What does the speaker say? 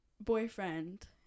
boyfriend